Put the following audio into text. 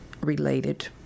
related